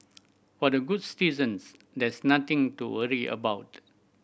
for the good citizens there is nothing to worry about